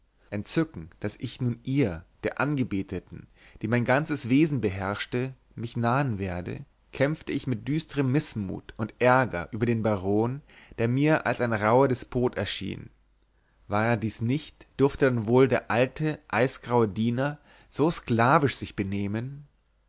entzücken daß ich nun ihr der angebeteten die mein ganzes wesen beherrschte mich nahen werde kämpfte mit düsterm mißmut und ärger über den baron der mir als ein rauher despot erschien war er dies nicht durfte dann wohl der alte eisgraue diener so sklavisch sich benehmen